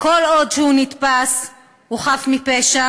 כשהוא נתפס הוא חף מפשע.